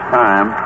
time